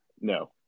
No